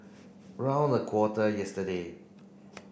round a quarter yesterday